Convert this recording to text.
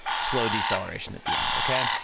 slow deceleration at the end, okay?